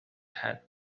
head